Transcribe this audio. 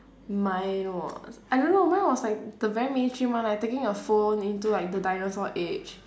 mine was I don't know mine was like the very mainstream one like taking a phone into like the dinosaur age